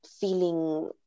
feeling